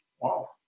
Wow